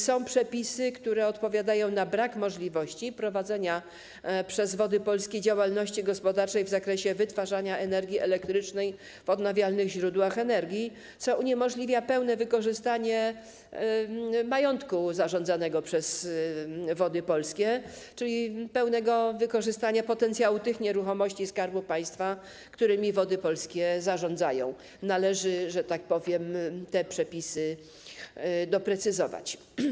Są także przepisy, które odpowiadają na brak możliwości wprowadzenia przez Wody Polskie działalności gospodarczej w zakresie wytwarzania energii elektrycznej w odnawialnych źródłach energii, co uniemożliwia pełne wykorzystanie majątku zarządzanego przez Wody Polskie, czyli pełne wykorzystanie potencjału tych nieruchomości Skarbu Państwa, którymi Wody Polskie zarządzają, i należy te przepisy, że tak powiem, doprecyzować.